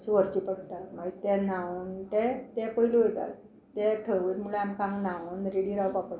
अशी व्हरची पडटा मागीर ते न्हांवन ते ते पयलीं वयतात ते थंय वयता म्हळ्यार आमकां न्हांवून रेडी रावपा पडटा